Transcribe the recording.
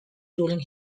during